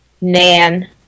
Nan